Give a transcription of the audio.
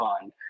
fun